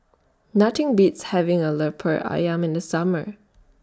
Nothing Beats having A Lemper Ayam in The Summer